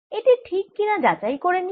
এটি ঠিক কি না যাচাই করে নিই